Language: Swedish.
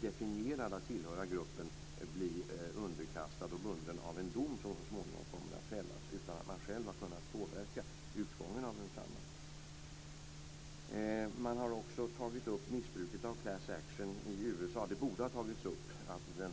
definierad att tillhöra gruppen, bli underkastad och bunden av en dom som så småningom kommer att fällas, utan att man själv har kunnat påverka utgången av densamma. Det borde ha tagits upp att det nu kommer en reaktion på missbruket av class action i USA.